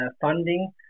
funding